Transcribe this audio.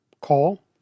call